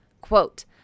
Quote